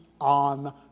on